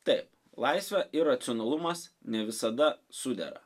taip laisvė ir racionalumas ne visada sudera